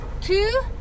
Two